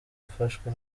ufashwe